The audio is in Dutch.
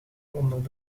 onder